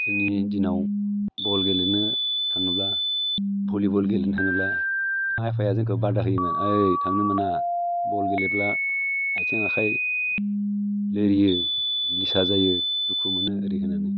जोंनि दिनाव बल गेलेनो थाङोब्ला भलिबल गेलेनो थाङोब्ला आइ आफाया जोंखौ बादा होयोमोन ओइ थांनो मोना बल गेलेब्ला आइथिं आखाइ लोरियो निसा जायो दुखु मोनो ओरै होनोमोन